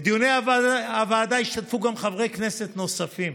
בדיוני הוועדה השתתפו גם חברי כנסת נוספים,